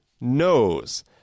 knows